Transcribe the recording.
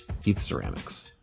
heathceramics